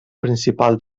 principal